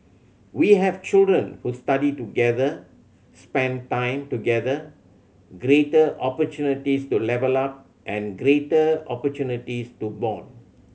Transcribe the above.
we have children who study together spent time together greater opportunities to level up and greater opportunities to bond